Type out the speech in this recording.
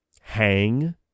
hang